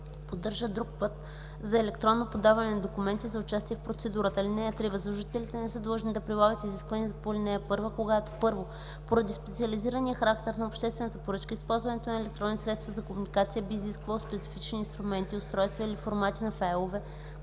поддържат друг път за електронно подаване на документи за участие в процедурата. (3) Възложителите не са длъжни да прилагат изискванията по ал. 1, когато: 1. поради специализирания характер на обществената поръчка използването на електронни средства за комуникация би изисквало специфични инструменти, устройства или формати на файлове,